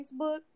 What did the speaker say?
Facebook